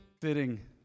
Fitting